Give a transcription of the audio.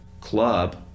club